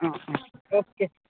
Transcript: অঁ অঁ অ'কে